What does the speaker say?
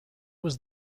was